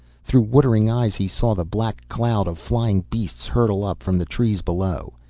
through watering eyes he saw the black cloud of flying beasts hurtle up from the trees below.